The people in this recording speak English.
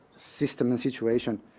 system and situation.